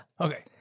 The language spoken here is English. Okay